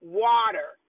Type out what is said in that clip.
water